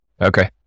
Okay